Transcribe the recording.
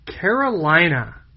Carolina